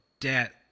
debt